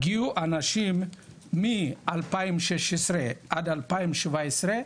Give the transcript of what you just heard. הגיעו אנשים מ- 2016 עד 2017,